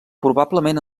probablement